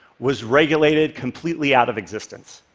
was regulated completely out of existence.